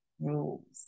rules